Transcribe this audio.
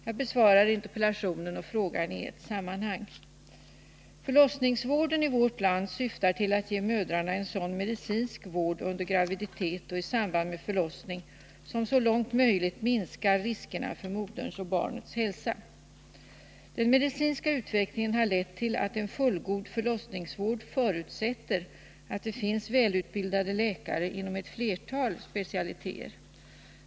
Jag besvarar interpellationen och frågan i ett sammanhang. Förlossningsvården i vårt land syftar till att ge mödrarna en sådan medicinsk vård under graviditet och i samband med förlossning som så långt möjligt minskar riskerna för moderns och barnets hälsa. Den medicinska utvecklingen har lett till att en fullgod förlossningsvård förutsätter att det finns välutbildade läkare inom ett flertal specialiteter.